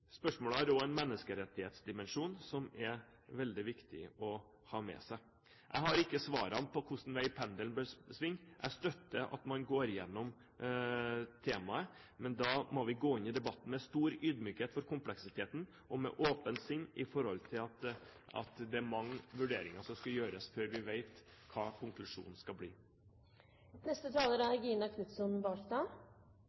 Spørsmålet har også en menneskerettighetsdimensjon som er veldig viktig å ha med seg. Jeg har ikke svarene på hvilken vei pendelen bør svinge. Jeg støtter at man går igjennom temaet. Men da må vi gå inn i debatten med stor ydmykhet for kompleksiteten, og med åpent sinn i forhold til at det er mange vurderinger som skal gjøres før vi vet hva konklusjonen skal bli. Ut fra dagens debatt er